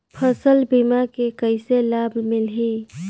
फसल बीमा के कइसे लाभ मिलही?